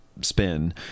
spin